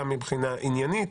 גם מבחינה עניינית,